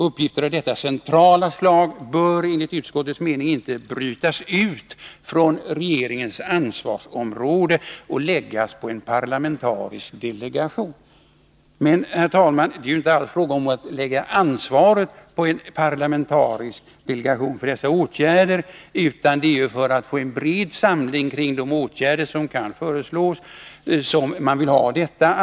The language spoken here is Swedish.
Uppgifter av detta centrala slag bör enligt utskottets mening inte brytas ut från regeringens ansvarsområde och läggas på en parlamentarisk delegation. Men, herr talman, det är inte alls fråga om att lägga ansvaret för dessa åtgärder på en parlamentarisk delegation. Det är för att få en bred samling kring åtgärderna som vi vill ha detta.